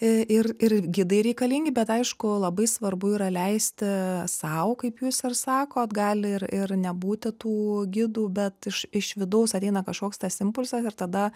ir ir gidai reikalingi bet aišku labai svarbu yra leisti sau kaip jūs ir sakot gali ir ir nebūti tų gidų bet iš iš vidaus ateina kažkoks tas impulsas ir tada